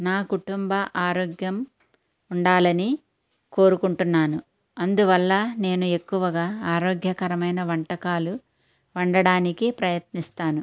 నా కుటుంబ ఆరోగ్యం ఉండాలని కోరుకుంటున్నాను అందువల్ల నేను ఎక్కువగా ఆరోగ్యకరమైన వంటకాలు వండటానికి ప్రయత్నిస్తాను